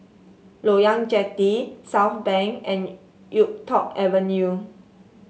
Loyang Jetty Southbank and YuK Tong Avenue